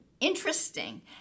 interesting